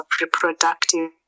reproductive